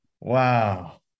wow